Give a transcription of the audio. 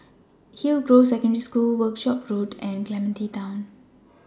Hillgrove Secondary School Workshop Road and Clementi Town